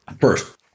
first